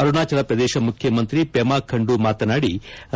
ಅರುಣಾಚಲ ಪ್ರದೇಶ ಮುಖ್ಯಮಂತ್ರಿ ಪೆಮಾ ಖಂಡು ಮಾತನಾಡಿ